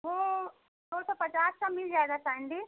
वह दो सौ पचास का मिल जाएगा सैन्डल